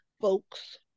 folks